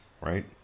Right